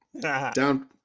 Down